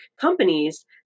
companies